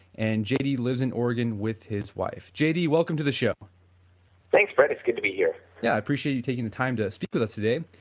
and j d. lives in oregon with his wife j d welcome to the show thanks brett its good to be here yeah i appreciate you taking the time to speak with us today,